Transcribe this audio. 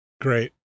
Great